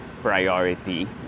priority